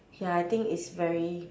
ya I think it's very